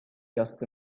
just